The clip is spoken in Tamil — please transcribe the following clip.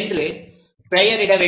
என்று பெயரிட வேண்டும்